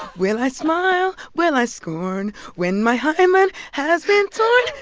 will i smile? will i scorn when my hymen has been torn?